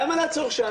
למה לעצור שם?